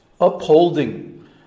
upholding